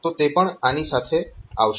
તો તે પણ આની સાથે આવશે